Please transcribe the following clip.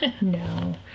No